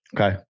Okay